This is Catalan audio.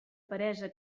peresa